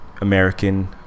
American